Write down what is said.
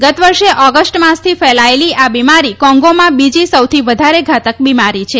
ગત વર્ષે ઓગસ્ટ માસથી ફેલાયેલી આ બિમારી કોંગોમાં બીજી સૌથી વધારો ઘાતક બિમારી છે